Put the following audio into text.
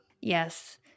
Yes